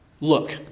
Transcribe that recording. Look